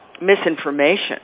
misinformation